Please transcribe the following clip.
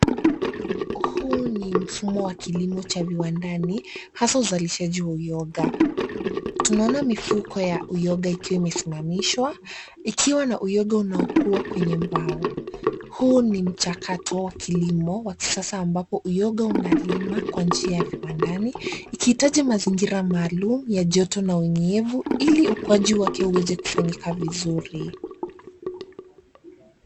Huu ni mfumo wa kilimo cha viwandani hasa uzalishaji wa uyoga. Tunaona mifuko ya uyoga ikiwa imesimamishwa, ikiwa na uyoga unaokua kwenye mbao. Huu ni mchakato wa kilimo wa kisasa ambapo uyoga unalima kwa njia ya viwandani, ikihitaji mazingira maalum ya joto na unyevu ili ukuaji wake uweze kufanyika vizuri.